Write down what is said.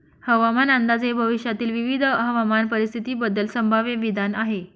हवामान अंदाज हे भविष्यातील विविध हवामान परिस्थितींबद्दल संभाव्य विधान आहे